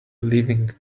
leaving